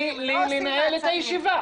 תני לי לנהל את הישיבה.